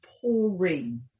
pouring